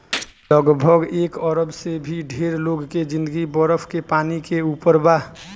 लगभग एक अरब से भी ढेर लोग के जिंदगी बरफ के पानी के ऊपर बा